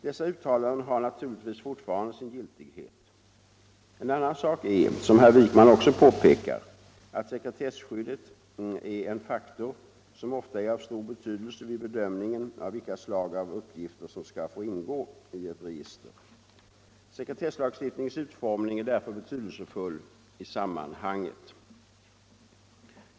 Dessa uttalanden har naturligtvis fortfarande sin giltighet. En annan sak är, som herr Wijkman också påpekar, att sekretesskyddet är en faktor som ofta är av stor betydelse vid bedömningen av vilka slag av uppgifter som skall få ingå i ett register. Sekretesslagstiftningens utformning är därför betydelsefull i sammanhanget.